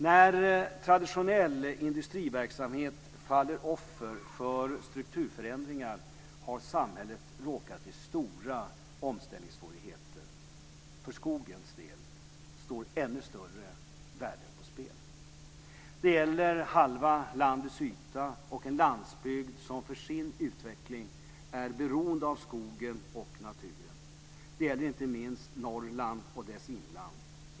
När traditionell industriverksamhet faller offer för strukturförändringar har samhället råkat i stora omställningssvårigheter. För skogens del står ännu större värden på spel. Det gäller halva landets yta och en landsbygd som för sin utveckling är beroende av skogen och naturen. Det gäller inte minst Norrland och dess inland.